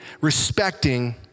respecting